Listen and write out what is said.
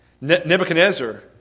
Nebuchadnezzar